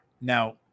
Now